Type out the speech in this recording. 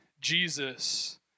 Jesus